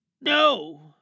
No